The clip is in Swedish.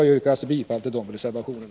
Jag yrkar alltså bifall till de reservationerna: